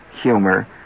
humor